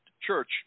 church